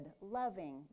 loving